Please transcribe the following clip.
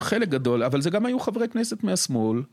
חלק גדול, אבל זה גם היו חברי כנסת מהשמאל.